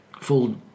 full